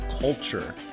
culture